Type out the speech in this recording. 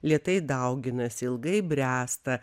lėtai dauginasi ilgai bręsta